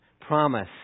promise